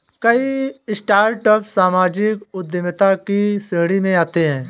कई स्टार्टअप सामाजिक उद्यमिता की श्रेणी में आते हैं